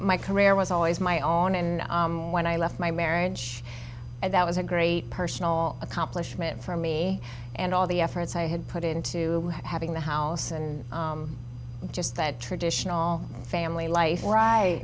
my career was always my own and when i left my marriage and that was a great personal accomplishment for me and all the efforts i had put into having the house and just that traditional family life